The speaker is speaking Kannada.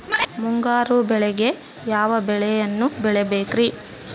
ಮುಂಗಾರು ಮಳೆಗೆ ಯಾವ ಬೆಳೆಯನ್ನು ಬೆಳಿಬೇಕ್ರಿ?